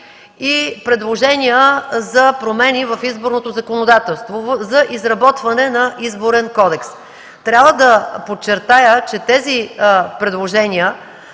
и предложения за промени в изборното законодателство, за изработване на Изборен кодекс. Трябва да подчертая, че тези предложения